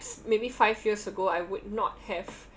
perhaps maybe five years ago I would not have